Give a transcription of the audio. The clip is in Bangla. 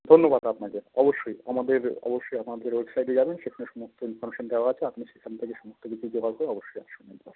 ধন্যবাদ আপনাকে অবশ্যই আমাদের অবশ্যই আমাদের ওয়েবসাইটে যাবেন সেখানে সমস্ত ইনফরমেশান দেওয়া আছে আপনি সেখান থেকে সমস্ত কিছু জোগাড় করে অবশ্যই আসুন একবার